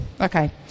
Okay